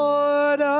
Lord